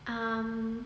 um